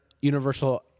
Universal